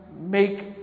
make